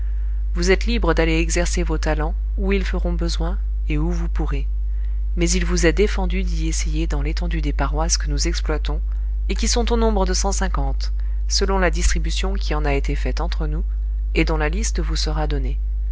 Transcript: vous êtes libre d'aller exercer vos talents où ils feront besoin et où vous pourrez mais il vous est défendu d'y essayer dans l'étendue des paroisses que nous exploitons et qui sont au nombre de cent cinquante selon la distribution qui en a été faite entre nous et dont la liste vous sera donnée